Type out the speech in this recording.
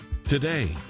Today